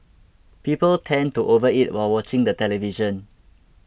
people tend to overeat while watching the television